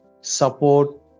support